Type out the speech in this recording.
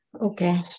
Okay